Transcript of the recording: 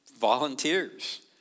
volunteers